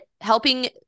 helping